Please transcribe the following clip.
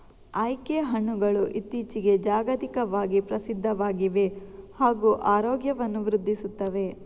acai ಹಣ್ಣುಗಳು ಇತ್ತೀಚಿಗೆ ಜಾಗತಿಕವಾಗಿ ಪ್ರಸಿದ್ಧವಾಗಿವೆ ಹಾಗೂ ಆರೋಗ್ಯವನ್ನು ವೃದ್ಧಿಸುತ್ತವೆ